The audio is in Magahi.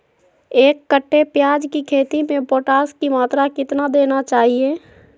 एक कट्टे प्याज की खेती में पोटास की मात्रा कितना देना चाहिए?